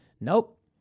Nope